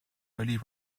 early